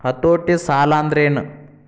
ಹತೋಟಿ ಸಾಲಾಂದ್ರೆನ್?